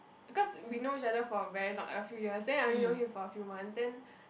cause we know each other for a very long a few years then I only know him for a few months then